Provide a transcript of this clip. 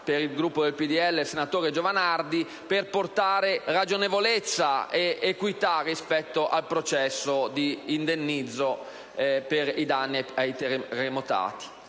(per il Gruppo del PdL il senatore Giovanardi) per portare ragionevolezza ed equità rispetto al processo di indennizzo per i danni ai terremotati,